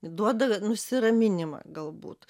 duoda nusiraminimą galbūt